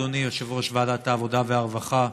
אדוני יושב-ראש ועדת העבודה והרווחה,